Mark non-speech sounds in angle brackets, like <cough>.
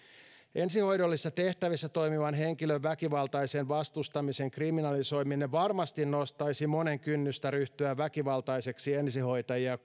ensihoidollisissa tehtävissä toimivan henkilön väkivaltaisen vastustamisen kriminalisoiminen varmasti nostaisi monen kynnystä ryhtyä väkivaltaiseksi ensihoitajia <unintelligible>